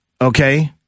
Okay